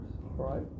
right